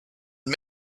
and